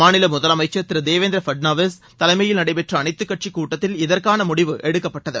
மாநில முதலமைச்சர் திரு தேவேந்திர பட்னாவிஸ் தலைமையில் நடைபெற்ற அனைத்துக்கட்சி கூட்டத்தில் இதற்கான முடிவு எடுக்கப்பட்டது